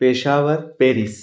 Peshawar Paris